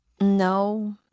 No